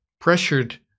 pressured